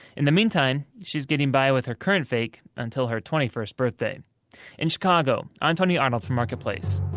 in the meantime, she's getting by with her current fake until her twenty first birthday in chicago, i'm tony arnold for marketplace